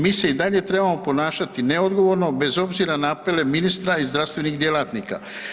Mi se i dalje trebamo ponašati neodgovorno bez obzira na apele ministra i zdravstvenih djelatnika.